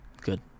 Good